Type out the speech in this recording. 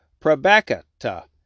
Prabakata